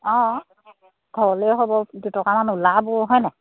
অঁ ঘৰলৈও হ'ব দুটকামান ওলাবও হয়নে